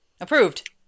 approved